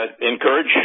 encourage